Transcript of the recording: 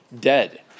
dead